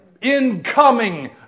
Incoming